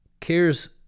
cares